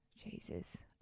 Jesus